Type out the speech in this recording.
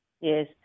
yes